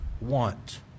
want